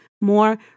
more